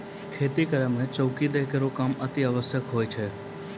खेती करै म चौकी दै केरो काम अतिआवश्यक होय छै